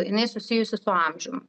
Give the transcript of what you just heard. jinai susijusi su amžium